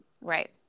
Right